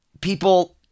people